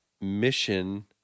mission